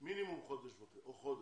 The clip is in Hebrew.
מינימום חודש וחצי או חודש.